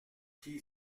qui